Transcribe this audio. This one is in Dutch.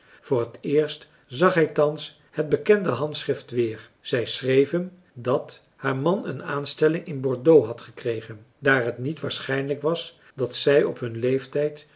voor het eerst zag hij thans het bekende handschrift weer zij schreef hem dat haar man een aanstelling in bordeaux had gekregen daar het niet waarschijnlijk was dat zij op hun leeftijd